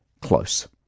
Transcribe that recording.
close